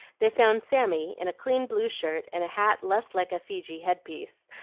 they found sammy, in a clean blue shirt and a hat less like a feejee headpiece,